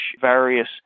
various